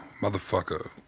motherfucker